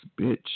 bitch